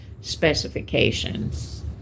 specifications